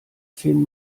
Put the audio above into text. zehn